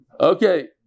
Okay